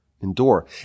endure